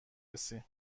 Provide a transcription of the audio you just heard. رسی